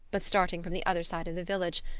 but starting from the other side of the village,